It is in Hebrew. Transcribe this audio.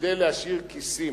כדי להשאיר כיסים,